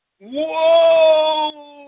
Whoa